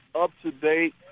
up-to-date